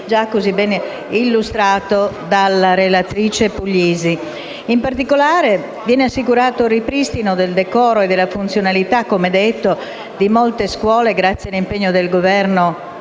già così ben illustrato dalla relatrice, senatrice Puglisi. In particolare, viene assicurato il ripristino del decoro e della funzionalità di molte scuole grazie all'impegno del Governo,